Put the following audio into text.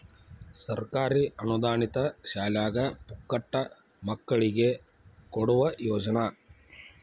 ಸರ್ಕಾರಿ ಅನುದಾನಿತ ಶಾಲ್ಯಾಗ ಪುಕ್ಕಟ ಮಕ್ಕಳಿಗೆ ಕೊಡುವ ಯೋಜನಾ